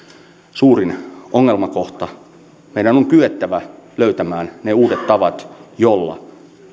suurin ongelmakohta meidän on kyettävä löytämään ne uudet tavat joilla